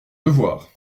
devoir